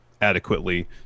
adequately